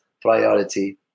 priority